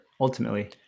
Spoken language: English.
ultimately